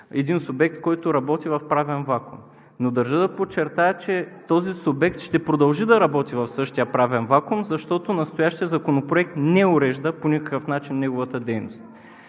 един субект, който работи в правен вакуум. Но държа да подчертая, че този субект ще продължи да работи в същия правен вакуум, защото настоящият законопроект не урежда по никакъв начин неговата дейност.